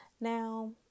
Now